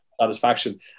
satisfaction